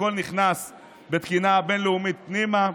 הכול נכנס בתקינה בין-לאומית פנימה.